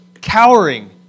cowering